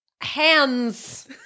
hands